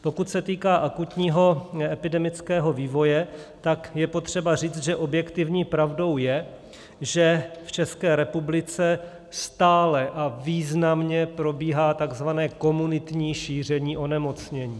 Pokud se týká akutního epidemického vývoje, tak je potřeba říct, že objektivní pravdou je, že v České republice stále a významně probíhá tzv. komunitní šíření onemocnění.